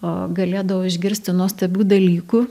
o galėdavo išgirsti nuostabių dalykų